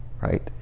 Right